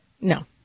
No